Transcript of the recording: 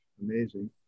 amazing